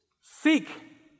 seek